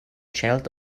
child